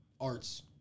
arts